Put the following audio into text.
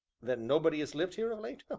then nobody has lived here of late?